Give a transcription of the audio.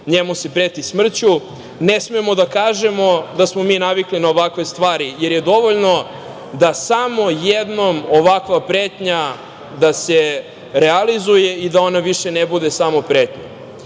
Orliću se preti smrću. Ne smemo da kažemo da smo mi navikli na ovakve stvari, jer je dovoljno da se samo jednom ovakva pretnja realizuje i da ona više ne bude samo pretnja.Međutim,